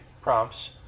prompts